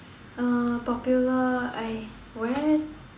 uh Popular I where